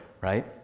right